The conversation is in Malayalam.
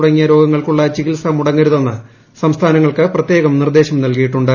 തുടങ്ങിയ രോഗങ്ങൾക്കുള്ള ചികിത്സ മുടങ്ങരുതെന്ന് സംസ്ഥാനങ്ങൾക്ക് പ്രത്യേകം നിർദ്ദേശം നൽകിയിട്ടുണ്ട്